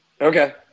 Okay